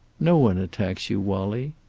no one attacks you, wallie.